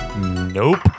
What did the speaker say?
Nope